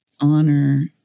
honor